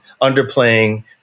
underplaying